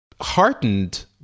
heartened